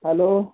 hello